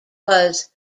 was